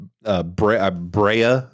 Brea